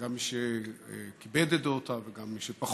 גם את מי שכיבד את דעותיו וגם את מי שפחות,